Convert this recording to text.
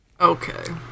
Okay